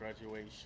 graduation